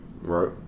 Right